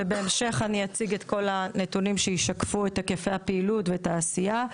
ובהמשך אני אציג את כל הנתונים שישקפו את היקפי הפעילות ואת העשייה.